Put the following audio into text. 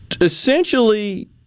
essentially